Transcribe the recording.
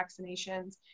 vaccinations